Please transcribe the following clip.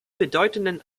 bedeutenden